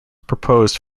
proposed